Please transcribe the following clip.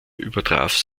übertraf